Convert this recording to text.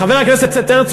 חבר הכנסת הרצוג,